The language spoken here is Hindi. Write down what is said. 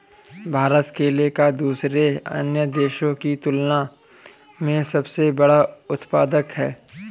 भारत केले का दूसरे अन्य देशों की तुलना में सबसे बड़ा उत्पादक है